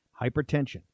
Hypertension